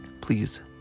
please